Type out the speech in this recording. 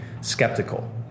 skeptical